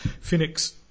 Phoenix